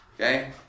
Okay